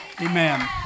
Amen